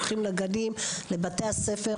הולכים לגנים ולבתי הספר,